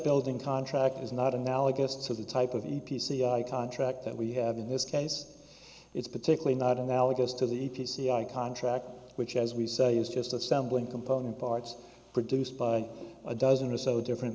building contract is not analogous to the type of a p c i contract that we have in this case it's particularly not analogous to the p c i contract which as we say is just assembling component parts produced by a dozen or so different